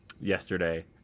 yesterday